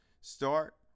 start